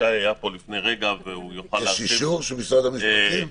יש אישור של משרד המשפטים?